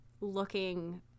looking